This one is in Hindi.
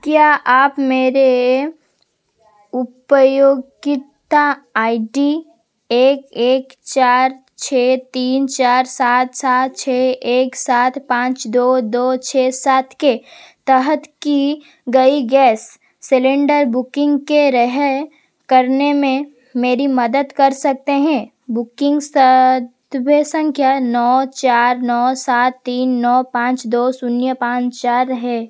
क्या आप मेरे उपयोगिता आई डी एक एक चार छः तीन चार सात सात छः एक सात पाँच दो दो छः सात के तहत की गई गैस सिलेंडर बुकिंग के रह करने में मेरी मदद कर सकते हैं बुकिंग सदभे संख्या नौ चार नौ सात तीन नौ पाँच दो शून्य पाँच चार है